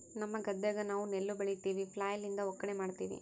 ನಮ್ಮ ಗದ್ದೆಗ ನಾವು ನೆಲ್ಲು ಬೆಳಿತಿವಿ, ಫ್ಲ್ಯಾಯ್ಲ್ ಲಿಂದ ಒಕ್ಕಣೆ ಮಾಡ್ತಿವಿ